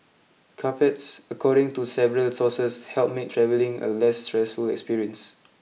carpets according to several sources help make travelling a less stressful experience